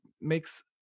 makes